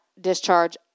discharge